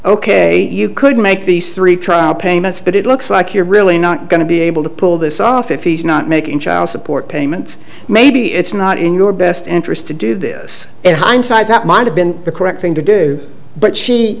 ok you could make these three trial payments but it looks like you're really not going to be able to pull this off if he's not making child support payments maybe it's not in your best interest to do this in hindsight that might have been the correct thing to do but she